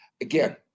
Again